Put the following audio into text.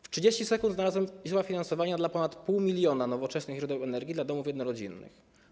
W 30 s znalazłem źródła finansowania dla ponad pół miliona nowoczesnych źródeł energii dla domów jednorodzinnych.